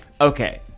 Okay